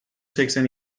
seksen